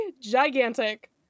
gigantic